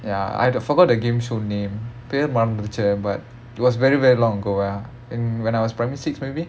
ya I forgot the game show name பெரு மறந்துடுச்சி:peru maranthuduchi but it was very very long ago ya and when I was primary six maybe